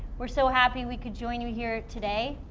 we're so happy we could join you here today.